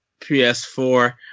PS4